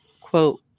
quote